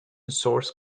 source